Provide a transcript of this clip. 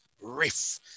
riff